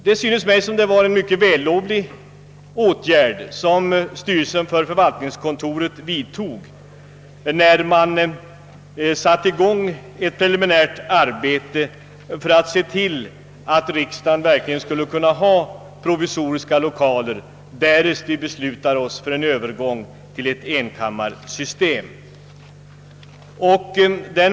Det synes mig som att det var en mycket vällovlig åtgärd styrelsen för förvaltningskontoret vidtog när den satte i gång ett preliminärt arbete för att se till att riksdagen verkligen skulle kunna få provisoriska lokaler, därest vi beslutar oss för en övergång till ett enkammarsystem.